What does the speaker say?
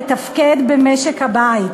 לתפקד במשק-הבית: